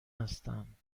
هستند